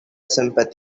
sympathy